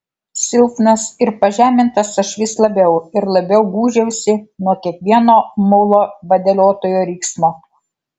silpnas ir pažemintas aš vis labiau ir labiau gūžiausi nuo kiekvieno mulo vadeliotojo riksmo